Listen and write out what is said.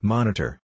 Monitor